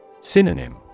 Synonym